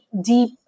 deep